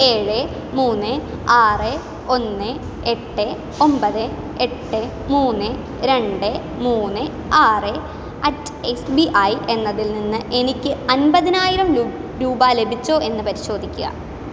ഏഴ് മൂന്ന് ആറ് ഒന്ന് എട്ട് ഒമ്പത് എട്ട് മൂന്ന് രണ്ട് മൂന്ന് ആറ് അറ്റ് എസ് ബി ഐ എന്നതിൽ നിന്ന് എനിക്ക് അൻപതിനായിരം ലൂ രൂപ ലഭിച്ചോ എന്ന് പരിശോധിക്കുക